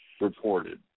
reported